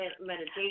meditation